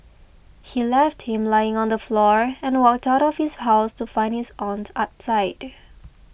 he left him lying on the floor and walked out of his house to find his aunt outside